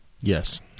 Yes